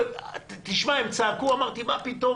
תשמע, הם צעקו, אמרתי: מה פתאום?